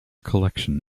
collection